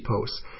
posts